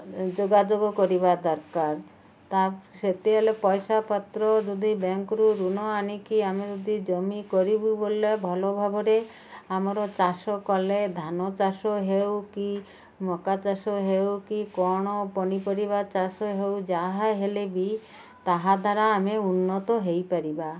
ଯୋଗାଯୋଗ କରିବା ଦରକାର ତା ସେତେବେଳେ ପଇସା ପତ୍ର ଯଦି ବ୍ୟାଙ୍କରୁ ଋଣ ଆଣିକି ଆମେ ଯଦି ଜମି କରିବୁ ବୋଲେ ଭଲ ଭାବରେ ଆମର ଚାଷ କଲେ ଧାନ ଚାଷ ହେଉ କି ମକା ଚାଷ ହେଉ କି କ'ଣ ପନିପରିବା ଚାଷ ହେଉ ଯାହା ହେଲେ ବି ତାହା ଦ୍ୱାରା ଆମେ ଉନ୍ନତ ହେଇ ପାରିବା